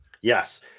Yes